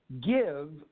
give